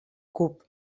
cup